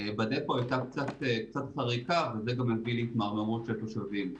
ב-דפו הייתה קצת חריקה וזה גם הביא להתמרמרות של התושבים.